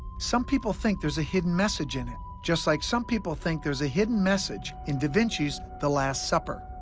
some people think there's a hidden message in it, just like some people think there's a hidden message in da vinci's the last supper.